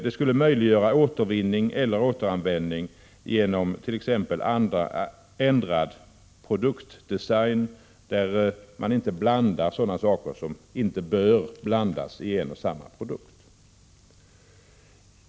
Det skulle möjliggöra återvinning eller återanvändning genom t.ex. ändrad produktdesign, där man inte blandar sådana saker som inte bör blandas i en och samma produkt.